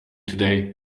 today